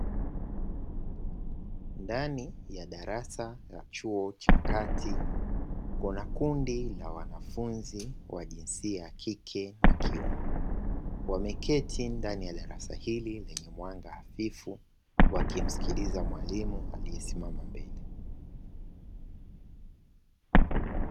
Ndani ya darasa la chuo cha kati, kuna kundi la wanafunzi wa jinsia kike na kiume, wameketi ndani ya darasa hili lenye mwanga hafifu wakimsikiliza mwalimu aliyesimama mbele.